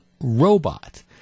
robot